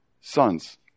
sons